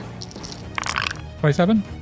27